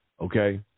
Okay